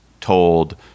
Told